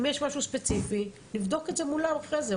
אם יש משהו ספציפי נבדוק את זה מולם אחרי זה,